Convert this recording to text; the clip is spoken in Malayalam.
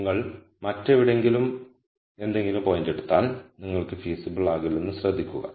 നിങ്ങൾ മറ്റെവിടെയെങ്കിലും എന്തെങ്കിലും പോയിന്റ് എടുത്താൽ നിങ്ങൾക്ക് ഫീസിബിൾ ആകില്ലെന്ന് ശ്രദ്ധിക്കുക